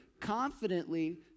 confidently